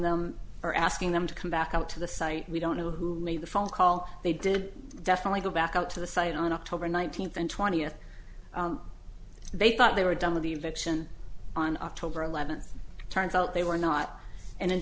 them or asking them to come back out to the site we don't know who made the phone call they did definitely go back out to the site on october nineteenth and twentieth they thought they were done with the invitation on october eleventh turns out they were not and in